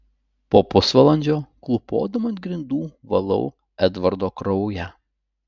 po pusvalandžio klūpodama ant grindų valau edvardo kraują